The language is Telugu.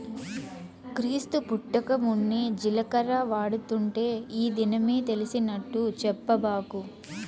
క్రీస్తు పుట్టకమున్నే జీలకర్ర వాడుతుంటే ఈ దినమే తెలిసినట్టు చెప్పబాకు